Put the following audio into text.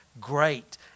great